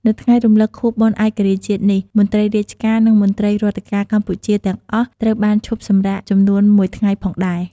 នៅថ្ងៃរំលឹកខួបបុណ្យឯករាជ្យជាតិនេះ មន្ត្រីរាជការ និង មន្ត្រីរដ្ឋការកម្ពុជាទាំងអស់ត្រូវបានឈប់សំរាកចំនួន ១ថ្ងៃផងដែរ ។